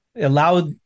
allow